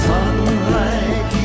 Sunlight